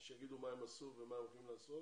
ואני מבקש שהם יגידו מה הם עשו ומה הם הולכים לעשות,